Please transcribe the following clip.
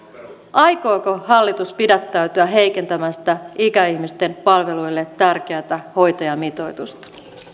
aikooko hallitus pidättyä heikentämästä ikäihmisten palveluille tärkeätä hoitajamitoitusta